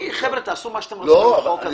חבר'ה, תעשו מה שאתם רוצים עם החוק הזה.